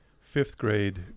fifth-grade